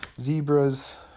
zebras